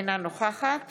אינה נוכחת